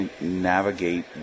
navigate